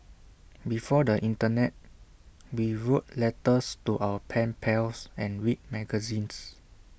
before the Internet we wrote letters to our pen pals and read magazines